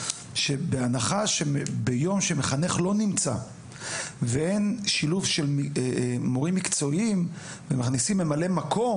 ביום שמחנך לא נמצא ואין שילוב של מורים מקצועיים ומכניסים ממלא מקום,